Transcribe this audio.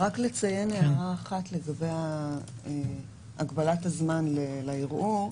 רק לציין הערה אחת לגבי הגבלת הזמן לערעור,